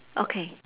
okay